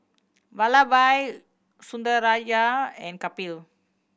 Vallabhbhai Sundaraiah and Kapil